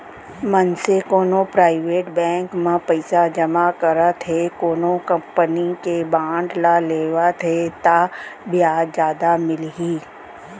मनसे कोनो private bank म पइसा जमा करत हे कोनो कंपनी के बांड ल लेवत हे ता बियाज जादा मिलही